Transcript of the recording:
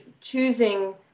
choosing